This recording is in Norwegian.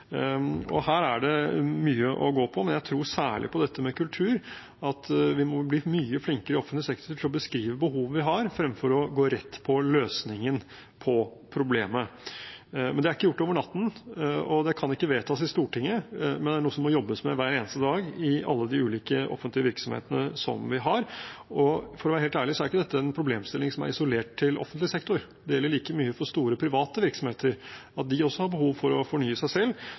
Her har man mye å gå på, men jeg tror særlig på dette med kultur, at vi må bli mye flinkere i offentlig sektor til å beskrive behovet vi har, fremfor å gå rett på løsningen av problemet. Men det er ikke gjort over natten, og det kan ikke vedtas i Stortinget. Det er noe som må jobbes med hver eneste dag i alle de ulike offentlige virksomhetene vi har. For å være helt ærlig er ikke dette en problemstilling som er isolert til offentlig sektor. Dette gjelder like mye for store private virksomheter. De har også behov for å fornye seg selv.